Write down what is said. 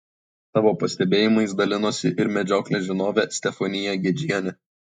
savo pastebėjimais dalinosi ir medžioklės žinovė stefanija gedžienė